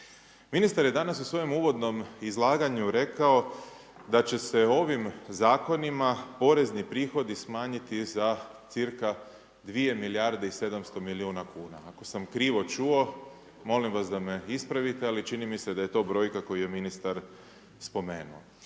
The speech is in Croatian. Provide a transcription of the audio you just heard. Ministar je danas u svojem uvodnom izlaganju rekao da će se ovim zakonima porezni prihodi smanjiti za cca 2 milijarde i 700 miliona kuna, ako sam krivo čuo molim vas da me ispravite, ali čini mi se da je to brojka koju je ministar spomenuo.